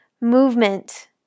movement